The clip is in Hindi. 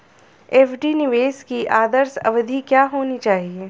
एफ.डी निवेश की आदर्श अवधि क्या होनी चाहिए?